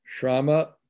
Shrama